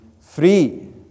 free